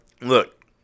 Look